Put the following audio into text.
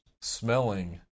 Smelling